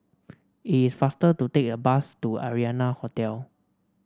it is faster to take the bus to Arianna Hotel